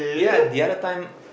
yeah the other time